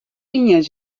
iens